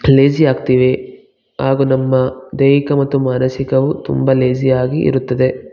lazy ಆಗ್ತೀವಿ ಹಾಗೂ ನಮ್ಮ ದೈಹಿಕ ಮತ್ತು ಮಾನಸಿಕವು ತುಂಬ ಲೇಜಿಯಾಗಿ ಇರುತ್ತದೆ